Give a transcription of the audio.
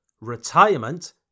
Retirement